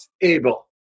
able